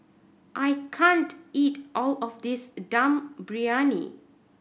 I can't eat all of this Dum Briyani